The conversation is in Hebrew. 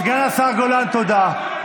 סגן השר גולן, תודה.